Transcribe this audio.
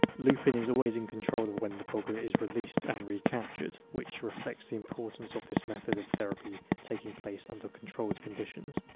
lupin is always in control of when the boggart is released and recaptured, which reflects the importance of this method of therapy taking place under controlled conditions.